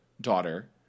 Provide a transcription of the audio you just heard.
daughter